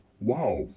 wow